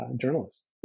journalists